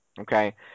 Okay